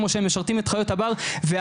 כמו שהם משרתים את חיות הבר והערים.